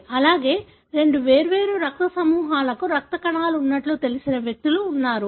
అలాగే రెండు వేర్వేరు రక్త సమూహాలకు రక్త కణాలు ఉన్నట్లు తెలిసిన వ్యక్తులు ఉన్నారు